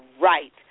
right